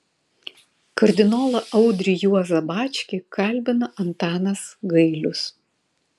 kardinolą audrį juozą bačkį kalbina antanas gailius